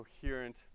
coherent